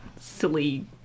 silly